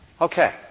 Okay